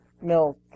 milk